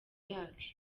yacu